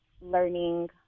learning